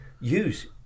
use